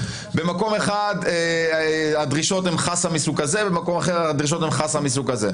במקום אחד הדרישות הן לחסה מסוג כזה ובמקום אחד הדרישות לחסה מסוג אחר.